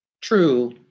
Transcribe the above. true